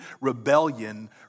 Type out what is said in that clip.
rebellion